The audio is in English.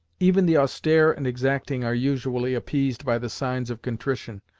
even the austere and exacting are usually appeased by the signs of contrition,